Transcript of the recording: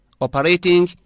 operating